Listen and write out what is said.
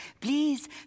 Please